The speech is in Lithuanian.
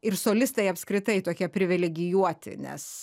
ir solistai apskritai tokie privilegijuoti nes